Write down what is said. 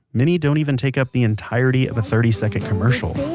many don't even take up the entirety of a thirty second commercial